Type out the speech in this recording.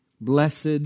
Blessed